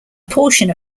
portion